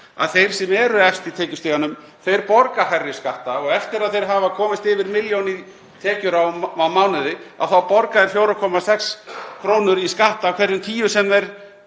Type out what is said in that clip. að þeir sem eru efst í tekjustiganum borga hærri skatta og eftir að þeir hafa komist yfir milljón í tekjur á mánuði þá borga þeir 4,6 kr. í skatta af hverjum 10 sem þeir